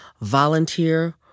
volunteer